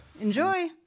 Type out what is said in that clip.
Enjoy